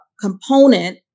component